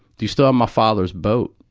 do you still have my father's boat?